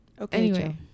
Okay